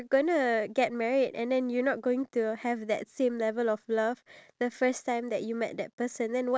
that's why you don't know how to handle like who takes this responsibility who takes that responsibility